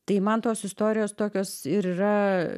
tai man tos istorijos tokios ir yra